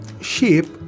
shape